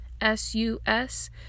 s-u-s